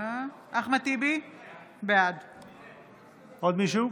עוד מישהו?